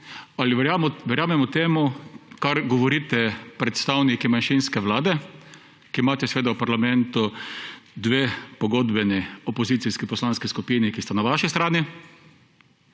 Ali verjamemo temu, kar govorite predstavniki manjšinske vlade, ki imate seveda v parlamentu dve pogodbeni opozicijski poslanski skupini, ki sta na vaši strani,